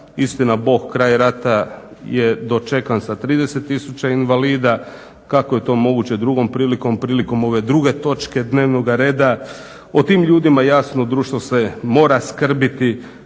Istina bog kraj rata je dočekan sa 30 tisuća invalida. Kako je to moguće drugom prilikom, prilikom ove druge točke dnevnog reda. O tim ljudima jasno društvo mora skrbiti